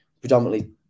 predominantly